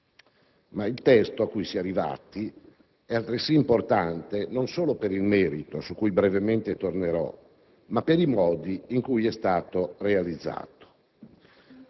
Ma il testo a cui si è arrivati è altresì importante non solo per il merito, su cui tornerò brevemente, ma per i modi in cui esso è stato realizzato.